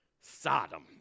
Sodom